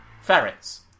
ferrets